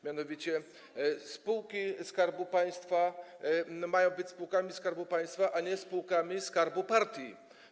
Mianowicie spółki Skarbu Państwa mają być spółkami Skarbu Państwa, a nie spółkami skarbu partii.